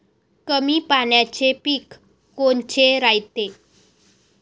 कमी पाण्याचे पीक कोनचे रायते?